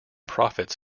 profits